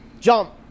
Jump